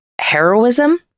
heroism